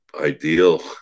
ideal